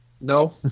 No